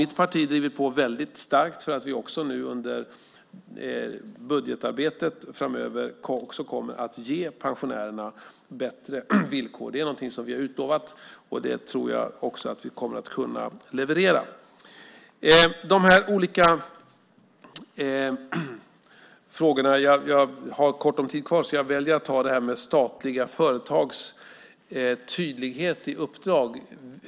Mitt parti har drivit på väldigt starkt för att vi under budgetarbetet framöver också kommer att ge pensionärerna bättre villkor. Det är någonting som vi har utlovat. Jag tror också att vi kommer att kunna leverera det. Jag har kort talartid kvar, så av de olika frågorna väljer jag att ta det här med statliga företags tydlighet i uppdrag.